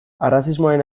arrazismoaren